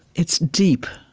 it's deep.